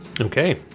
Okay